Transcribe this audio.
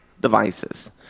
devices